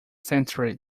century